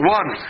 one